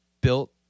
built